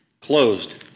closed